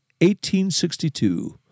1862